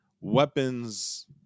weapons